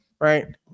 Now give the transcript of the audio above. right